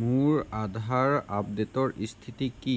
মোৰ আধাৰ আপডে'টৰ স্থিতি কি